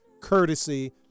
courtesy